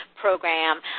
program